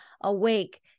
awake